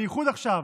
בייחוד עכשיו,